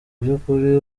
byukuri